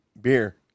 Beer